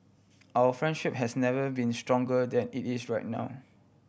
our friendship has never been stronger than it is right now